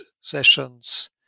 sessions